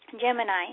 Gemini